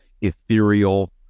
ethereal